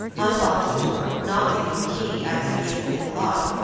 unlocked the door, not leaving the key, as usual, in the lock,